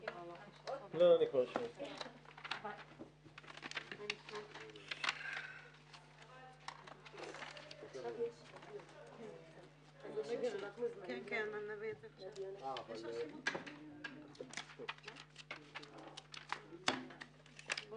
11:02.